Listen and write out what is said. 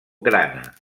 grana